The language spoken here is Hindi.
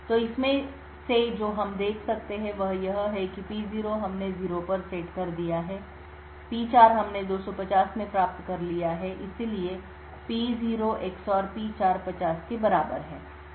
तो इसमें से जो हम देख सकते हैं वह यह है कि P0 हमने 0 पर सेट कर दिया है P4 हमने 250 में प्राप्त कर लिया है इसलिए P0 XOR P4 50 के बराबर है